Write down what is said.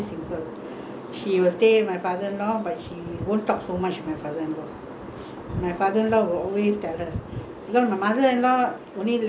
my father-in-law will always tell her because my mother-in-law only like to watch movie T_V that [one] enough for got food T_V then do the housework